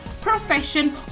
profession